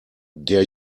der